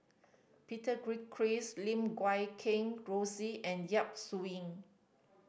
Peter Gilchrist Lim Guat Kheng Rosie and Yap Su Yin